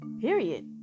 period